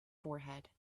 forehead